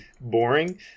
boring